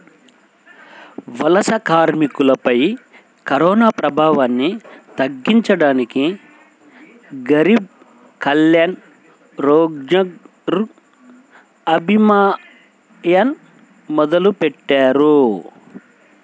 వలస కార్మికులపై కరోనాప్రభావాన్ని తగ్గించడానికి గరీబ్ కళ్యాణ్ రోజ్గర్ అభియాన్ మొదలెట్టారు